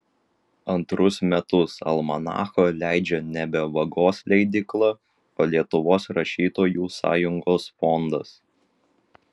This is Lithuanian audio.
antrus metus almanachą leidžia nebe vagos leidykla o lietuvos rašytojų sąjungos fondas